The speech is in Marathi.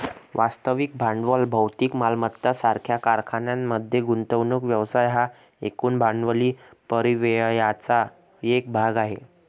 वास्तविक भांडवल भौतिक मालमत्ता सारख्या कारखान्यांमध्ये गुंतवणूक व्यवसाय हा एकूण भांडवली परिव्ययाचा एक भाग आहे